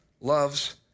loves